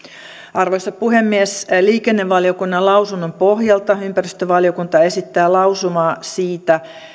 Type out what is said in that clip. arvoisa puhemies liikennevaliokunnan lausunnon pohjalta ympäristövaliokunta esittää lausumaa siitä